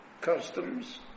customs